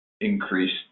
increased